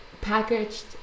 packaged